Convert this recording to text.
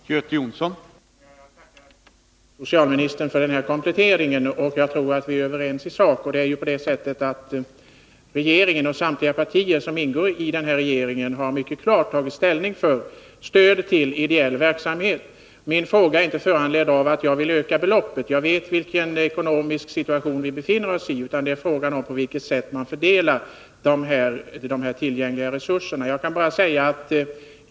Herr talman! Jag tackar socialministern för den här kompletteringen. Jag tror vi är överens i sak. Regeringen och samtliga partier som ingår i regeringen har ju mycket klart tagit ställning för stöd till ideell verksamhet. Min fråga är inte föranledd av att jag vill öka beloppet — jag vet vilken ekonomisk situation vi befinner oss i — utan det är frågan om på vilket sätt man fördelar de tillgängliga resurserna.